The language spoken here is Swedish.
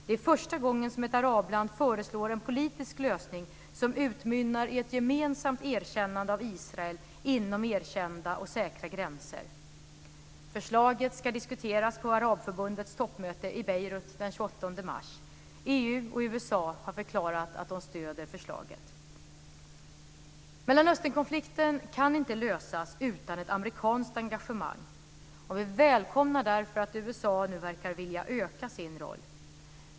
Det är första gången som ett arabland föreslår en politisk lösning som utmynnar i ett gemensamt erkännande av Israel inom erkända och säkra gränser. Förslaget ska diskuteras på Arabförbundets toppmöte i Beirut den 28 mars. EU och USA har förklarat att de stöder förslaget. Mellanösternkonflikten kan inte lösas utan ett amerikansk engagemang. Vi välkomnar därför att USA nu verkar vilja öka sin roll.